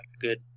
good